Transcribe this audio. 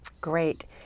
Great